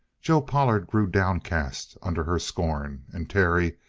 joe pollard grew downcast under her scorn. and terry,